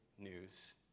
News